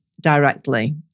directly